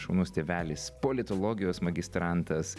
šaunus tėvelis politologijos magistrantas